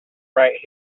right